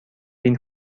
این